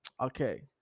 Okay